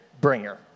bringer